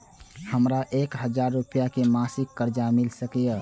हमरा एक हजार रुपया के मासिक कर्ज मिल सकिय?